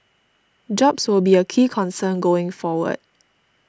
jobs will be a key concern going forward